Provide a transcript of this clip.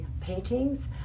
paintings